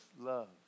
love